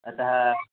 अतः